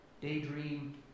daydream